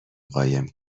قایم